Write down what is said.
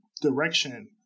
direction